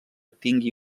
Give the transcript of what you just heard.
tingui